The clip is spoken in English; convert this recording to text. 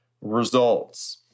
results